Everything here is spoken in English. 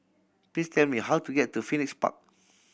please tell me how to get to Phoenix Park